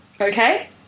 Okay